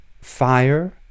Fire